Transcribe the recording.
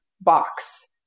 box